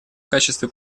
качестве